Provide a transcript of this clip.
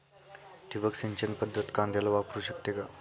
ठिबक सिंचन पद्धत कांद्याला वापरू शकते का?